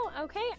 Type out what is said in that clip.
Okay